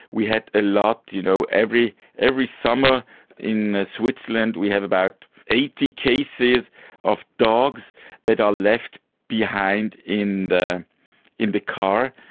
we had a lot, you know every every summer in switzerland we have about eighty cases of dogs that are left behind in the in the car,